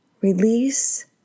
release